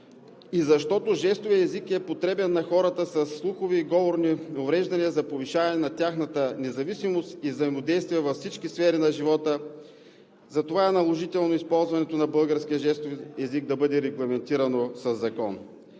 защото жестовият език е потребен на хората със слухови и говорни увреждания за повишаване на тяхната независимост и взаимодействие във всички сфери на живота. Затова е наложително използването на българския жестов език да бъде регламентирано със закон.